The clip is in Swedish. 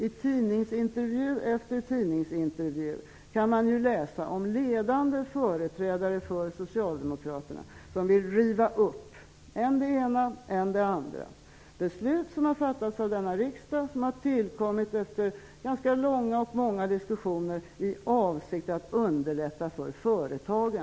I tidningsintervju efter tidningsintervju kan man läsa om ledande företrädare för Socialdemokraterna som vill riva upp än det ena än det andra beslut som fattats av denna riksdag, beslut som tillkommit efter ganska långa och många diskussioner i avsikt att underlätta för företagen.